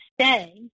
stay